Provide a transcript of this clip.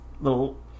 little